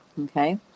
Okay